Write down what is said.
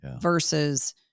versus